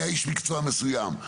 מאיש מקצוע מסוים.